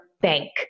bank